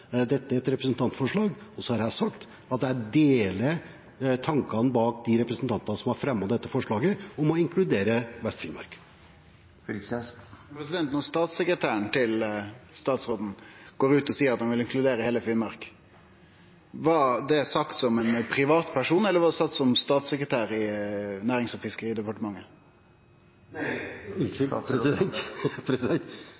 Dette er et representantforslag. Jeg har sagt at jeg deler tankene til de representantene som har fremmet dette forslaget om å inkludere Vest-Finnmark. Når statssekretæren til statsråden går ut og seier at han vil inkludere heile Finnmark, var det sagt som privatperson, eller var det sagt som statssekretær i Nærings- og fiskeridepartementet?